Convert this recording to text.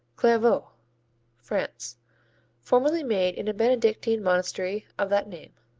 clairvaux france formerly made in a benedictine monastery of that name.